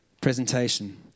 presentation